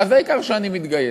אז העיקר שאני מתגייס.